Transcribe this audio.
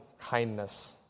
kindness